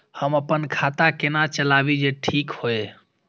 हम अपन खाता केना चलाबी जे ठीक होय?